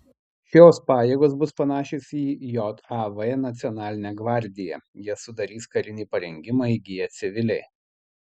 šios pajėgos bus panašios į jav nacionalinę gvardiją jas sudarys karinį parengimą įgiję civiliai